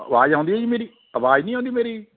ਆਵਾਜ਼ ਆਉਂਦੀ ਹੈ ਜੀ ਮੇਰੀ ਆਵਾਜ਼ ਨਹੀਂ ਆਉਂਦੀ ਮੇਰੀ